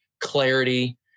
clarity